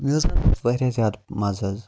مےٚ واریاہ زیادٕ مَزٕ حٕظ